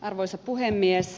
arvoisa puhemies